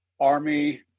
army